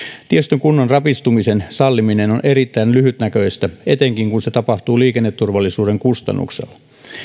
tiestön kunnon rapistumisen salliminen on erittäin lyhytnäköistä etenkin kun se tapahtuu liikenneturvallisuuden kustannuksella